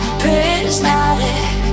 prismatic